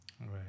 Right